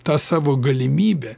ta savo galimybe